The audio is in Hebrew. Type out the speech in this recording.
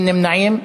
אין נמנעים.